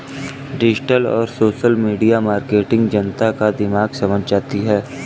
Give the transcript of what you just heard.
digital और social media marketing जनता का दिमाग समझ जाती है